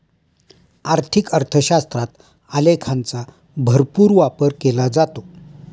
आर्थिक अर्थशास्त्रात आलेखांचा भरपूर वापर केला जातो